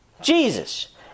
Jesus